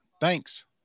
Thanks